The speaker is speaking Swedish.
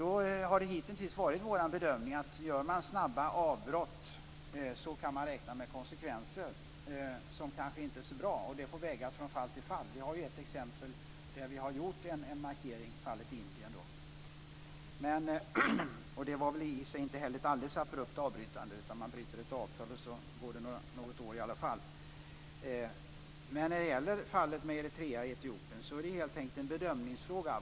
Det har hitintills varit vår bedömning att gör man snabba avbrott kan man räkna med konsekvenser som kanske inte är så bra. Det får vägas från fall till fall. Vi har ju ett exempel där vi ha gjort en markering, nämligen i Indien. Det var väl i och för sig inte ett alldeles abrupt avbrytande. När man bryter ett avtal går det något år innan det händer något alla fall. När det gäller Eritrea och Etiopen handlar det helt enkelt om en bedömningsfråga.